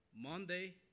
Monday